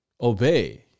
obey